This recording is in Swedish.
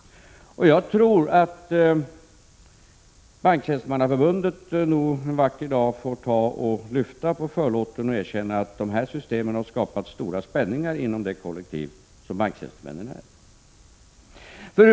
Jag tror att Banktjänstemannaförbundet en vacker dag får lyfta på förlåten och erkänna att de här systemen har skapat stora spänningar inom det kollektiv som banktjänstemännen är.